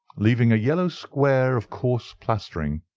leaving a yellow square of coarse plastering.